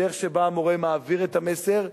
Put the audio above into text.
הדרך שבה מורה מעביר את המסר,